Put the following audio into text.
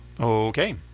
okay